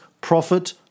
profit